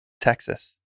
Texas